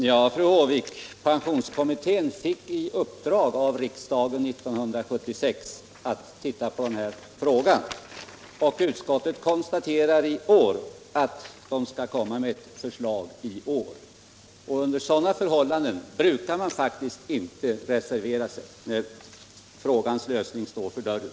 Herr talman! Pensionskommittén, fru Håvik, fick år 1976 i uppdrag av riksdagen att se närmare på denna fråga, och utskottet konstaterar nu att det skall komma ett förslag i år. Under sådana förhållanden brukar man faktiskt inte reservera sig, eftersom frågans lösning står för dörren.